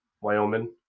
Wyoming